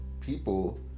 people